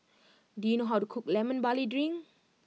do you know how to cook Lemon Barley Drink